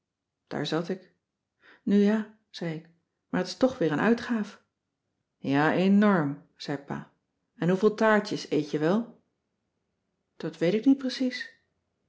daar zat ik nu ja zei ik maar het is toch weer een uitgaaf ja enorm zei pa en hoeveel taartjes eet je wel dat weet ik niet precies